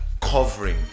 covering